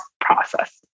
process